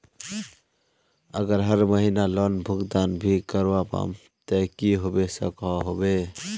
अगर हर महीना लोन भुगतान नी करवा पाम ते की होबे सकोहो होबे?